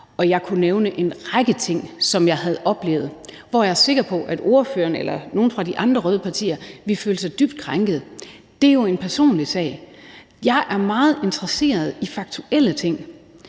jeg kunne nævne en række ting, som jeg har oplevet, hvor jeg er sikker på, at ordføreren eller nogen fra de andre røde partier ville føle sig dybt krænket. Det er jo en personlig sag. Jeg er meget interesseret i faktuelle ting,